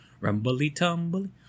Rumbly-tumbly